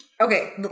Okay